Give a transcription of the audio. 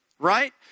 Right